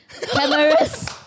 Cameras